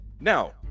Now